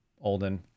Olden